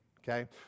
Okay